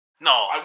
No